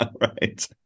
right